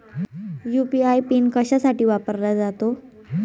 UPI PIN कशासाठी वापरला जातो?